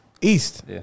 East